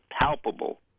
palpable